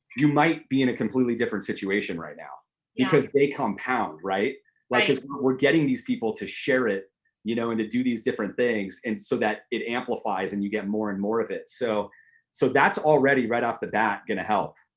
you might be in a completely different situation right now because they compound. if like we're we're getting these people to share it you know and to do these different things and so that it amplifies and you get more and more of it. so so that's already, right off the bat, gonna help.